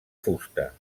fusta